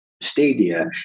Stadia